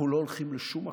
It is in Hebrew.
אנחנו לא הולכים לשום מקום.